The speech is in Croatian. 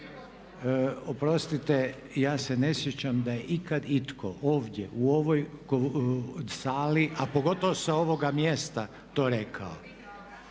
Oprostite ja se ne sjećam da je ikad itko ovdje u ovoj sali a pogotovo sa ovoga mjesta to rekao.